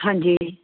ਹਾਂਜੀ